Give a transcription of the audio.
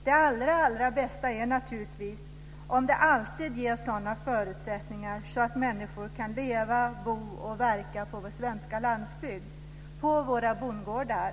Det allra bästa är naturligtvis om det alltid ges sådana förutsättningar att människor kan leva, bo och verka på vår svenska landsbygd, på våra bondgårdar.